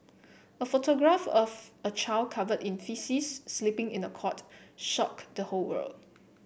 a photograph of a child covered in faeces sleeping in a cot shocked the whole world